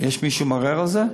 יש מישהו שמערער על זה?